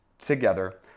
together